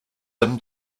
him